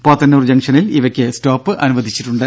പോത്തന്നൂർ ജംഗ്ഷനിൽ ഇവയ്ക്ക് സ്റ്റോപ്പ് അനുവദിച്ചിട്ടുണ്ട്